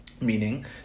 Meaning